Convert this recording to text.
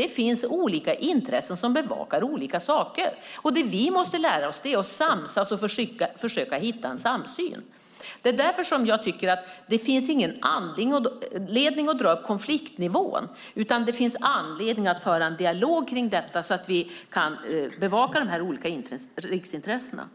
Det finns olika intressen som bevakar olika saker. Det vi måste lära oss är att samsas och försöka hitta en samsyn. Det är därför jag tycker att det inte finns någon anledning att dra upp konfliktnivån, utan det finns anledning att föra en dialog kring detta så att vi kan bevaka de olika riksintressena.